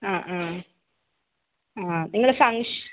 ആ ആ ആ നിങ്ങൾ ഫങ്ക്ഷന്